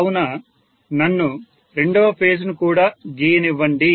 కావున నన్ను రెండవ ఫేజ్ ను కూడా గీయనివ్వండి